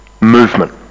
movement